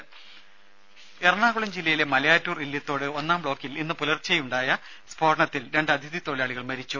രുമ എറണാകുളം ജില്ലയിലെ മലയാറ്റൂർ ഇല്ലിത്തോട് ഒന്നാം ബ്ലോക്കിൽ ഇന്ന് പുലർച്ചെയുണ്ടായ സ്ഫോടനത്തിൽ രണ്ട് അതിഥി തൊഴിലാളികൾ മരിച്ചു